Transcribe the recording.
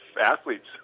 athletes